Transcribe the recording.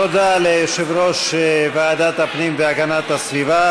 תודה ליושב-ראש ועדת הפנים והגנת הסביבה,